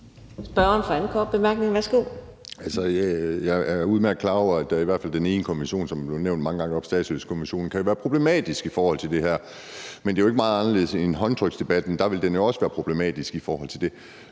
Kim Edberg Andersen (DD): Jeg er udmærket klar over, at i hvert fald den ene konvention, som er blevet nævnt mange gange, nemlig statsløsekonventionen, kan være problematisk i forhold til det her. Men det er jo ikke meget anderledes end med håndtryksdebatten. Der vil den jo også være problematisk i forhold til det.